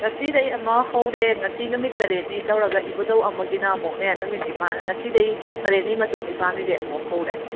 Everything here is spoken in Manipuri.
ꯉꯁꯤꯗꯩ ꯑꯃ ꯍꯧꯔꯦ ꯉꯁꯤ ꯅꯨꯃꯤꯠ ꯇꯔꯦꯠꯅꯤ ꯇꯧꯔꯒ ꯏꯄꯨꯗꯧ ꯑꯃꯒꯤꯅ ꯑꯃꯨꯛꯅꯦ ꯅꯨꯃꯤꯠ ꯅꯤꯄꯥꯟ ꯉꯁꯤꯗꯩ ꯇꯔꯦꯠꯅꯤ ꯃꯇꯨꯡ ꯅꯤꯄꯥꯟꯅꯤꯗꯩ ꯑꯃꯨꯛ ꯍꯧꯔꯦ